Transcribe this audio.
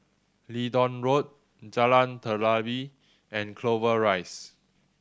Leedon Road Jalan Telawi and Clover Rise